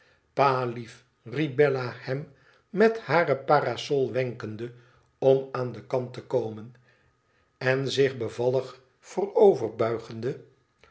riep bella hem met hare parasol wenkende om aan den kant te komen en zich